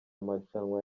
marushanwa